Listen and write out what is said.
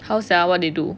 how sia what they do